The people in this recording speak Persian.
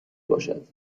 باشد